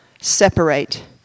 separate